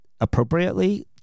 appropriately